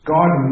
God